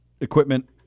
equipment